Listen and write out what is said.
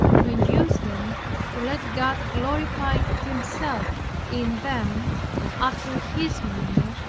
to induce them to let god glorify himself in them after his manner,